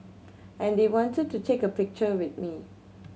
and they wanted to take a picture with me